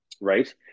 right